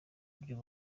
buryo